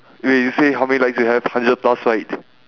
wait you say how many likes you have hundred plus right